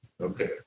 Okay